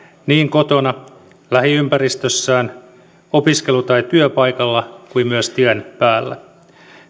niin kotona lähiympäristössään opiskelu tai työpaikalla kuin tien päällä